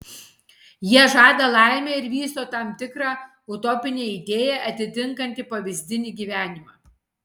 jie žada laimę ir vysto tam tikrą utopinę idėją atitinkantį pavyzdinį gyvenimą